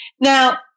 Now